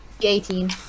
Eighteen